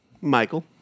Michael